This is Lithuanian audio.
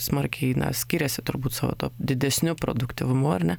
smarkiai skiriasi turbūt savo tuo didesniu produktyvumu ar ne